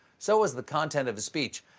so was the content of his speech.